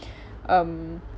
um